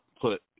put